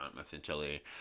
essentially